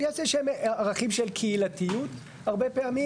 אבל יש איזה שהם ערכים של קהילתיות הרבה פעמים,